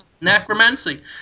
necromancy